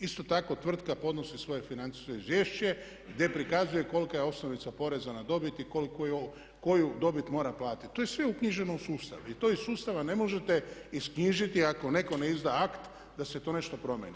Isto tako tvrtka podnosi svoje financijsko izvješće gdje prikazuje kolika je osnovica poreza na dobit i koju dobit mora platiti, to je sve uknjiženo u sustav i to iz sustava ne možete isknjižiti ako netko ne izda akt da se to nešto promjeni.